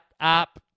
up